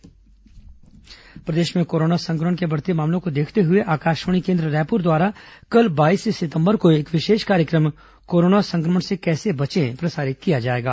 विशेष कार्यक्रम प्रदेश में कोरोना संक्रमण के बढ़ते मामलों को देखते हुए आकाशवाणी केन्द्र रायपुर द्वारा कल बाईस सितंबर को एक विशेष कार्यक्रम कोरोना संक्रमण से कैसे बचें प्रसारित किया जाएगा